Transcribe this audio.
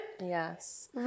Yes